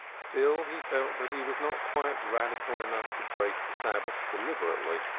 still he felt that he was not quite radical enough to break the sabbath deliberately,